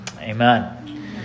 Amen